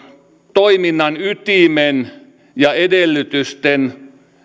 toiminnan ytimen ja edellytysten